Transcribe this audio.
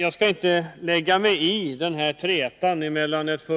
Jag skall inte lägga mig i trätan mellan ett f.